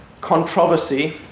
Controversy